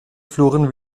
fluren